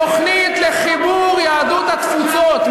תוכנית לחיבור יהדות התפוצות,